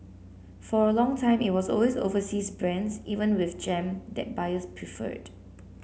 for a long time it was always overseas brands even with jam that buyers preferred